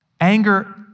Anger